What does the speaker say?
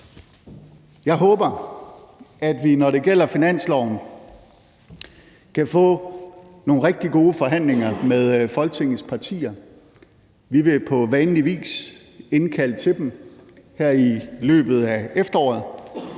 Jeg håber, at vi, når det gælder finansloven, kan få nogle rigtig gode forhandlinger med Folketingets partier. Vi vil på vanlig vis indkalde til dem her i løbet af efteråret,